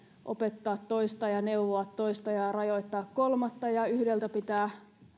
opettaa toista ja neuvoa toista ja rajoittaa kolmatta ja yhdeltä pitää